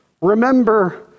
remember